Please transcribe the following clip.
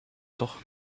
toch